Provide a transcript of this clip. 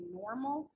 normal